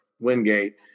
Wingate